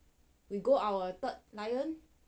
we go our third island